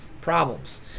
problems